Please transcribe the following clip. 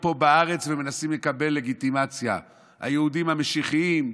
פה בארץ ומנסות לקבל לגיטימציה היהודים המשיחיים,